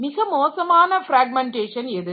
மிக மோசமான பிராக்மெண்டேஷன் எது